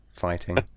fighting